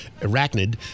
arachnid